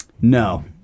No